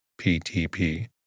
PTP